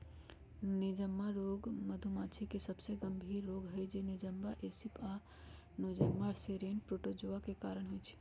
Nosema रोग मधुमाछी के सबसे गंभीर रोग हई जे नोज़ेमा एपिस आ नोज़ेमा सेरेने प्रोटोज़ोआ के कारण होइ छइ